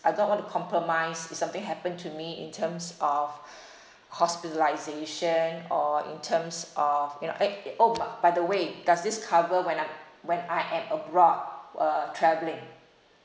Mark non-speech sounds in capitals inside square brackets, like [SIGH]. I don't want to compromise if something happen to me in terms of [BREATH] hospitalisation or in terms of you know eh eh um ah by the way does this cover when I'm when I am abroad uh travelling